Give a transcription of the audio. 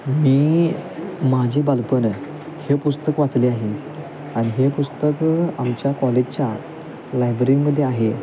मी माझे बालपण हे पुस्तक वाचले आहे आणि हे पुस्तक आमच्या कॉलेजच्या लायब्रीमध्ये आहे